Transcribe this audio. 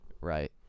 Right